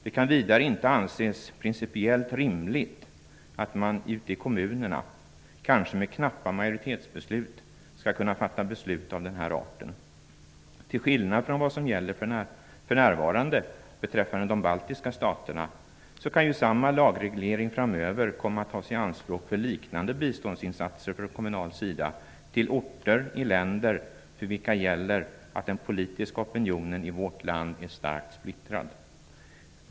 Det kan vidare inte anses principiellt rimligt att man ute i kommunerna, kanske med knappa majoritetsbeslut, skall kunna fatta beslut av denna art. Till skillnad från vad som gäller för närvarande beträffande de baltiska staterna, kan samma lagreglering komma att tas i anspråk för liknande biståndsinsatser från kommunal sida till orter i länder för vilka gäller att den politiska opinionen i vårt land är starkt splittrad.